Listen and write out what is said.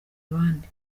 abandi